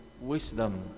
wisdom